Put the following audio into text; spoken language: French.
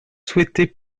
souhaité